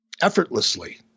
Effortlessly